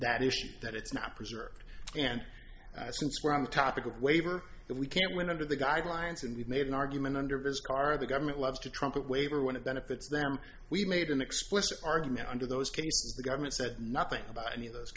that issue that it's not preserved and since we're on the topic of waiver that we can't win under the guidelines and we've made an argument under visit our the government loves to trumpet waiver when it benefits them we made an explicit argument under those cases the government said nothing about any of those